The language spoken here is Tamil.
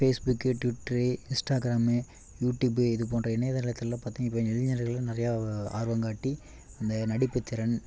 ஃபேஸ்புக்கு ட்விட்டரு இன்ஸ்டாகிராமு யூடியூப்பு இது போன்ற இணையதளத்தெல்லாம் பார்த்துக்கிட் வய்ங்க இளைஞர்களும் நிறையா ஆர்வம் காட்டி அந்த நடிப்புத்திறன்